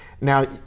now